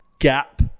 gap